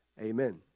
Amen